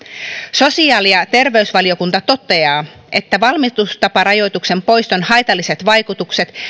sosiaali ja terveysvaliokunta toteaa että valmistustaparajoituksen poiston haitalliset vaikutukset